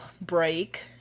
break